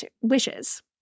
wishes